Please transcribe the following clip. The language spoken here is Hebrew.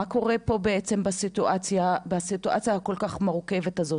מה קורה פה בעצם בסיטואציה הכל כך מורכבת הזאת?